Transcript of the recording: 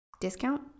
discount